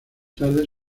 tarde